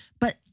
but-